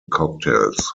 cocktails